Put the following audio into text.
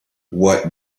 what